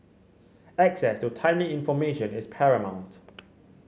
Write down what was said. access to timely information is paramount